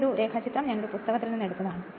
ഈ ഡയഗ്രം ഞാൻ ഒരു പുസ്തകത്തിൽ നിന്ന് എടുത്തതാണ്